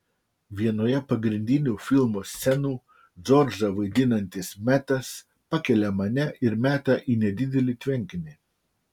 vienoje pagrindinių filmo scenų džordžą vaidinantis metas pakelia mane ir meta į nedidelį tvenkinį